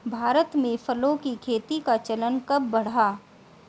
भारत में फलों की खेती का चलन कब बढ़ा?